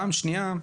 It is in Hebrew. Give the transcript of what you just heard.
פעם שנייה,